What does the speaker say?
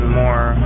more